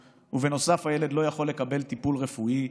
ובנוסף הילד לא יכול לקבל טיפול רפואי,